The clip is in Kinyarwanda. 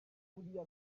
buriya